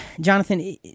Jonathan